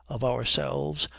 of ourselves,